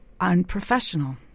unprofessional